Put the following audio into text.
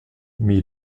mais